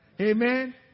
Amen